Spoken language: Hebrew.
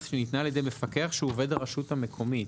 שניתנה על ידי מפקח שהוא עובד הרשות המקומית.